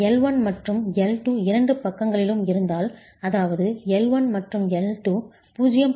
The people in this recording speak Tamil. L 1 மற்றும் L 2 இரண்டு பக்கங்களிலும் இருந்தால் அதாவது L 1 மற்றும் L 2 0